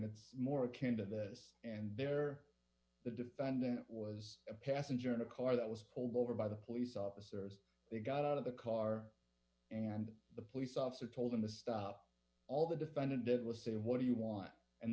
it's more akin to this and there the defendant was a passenger in a car that was pulled over by the police officers they got out of the car and the police officer told him the stuff all the defendant did was say what do you want and